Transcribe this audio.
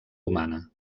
humana